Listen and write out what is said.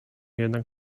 jednak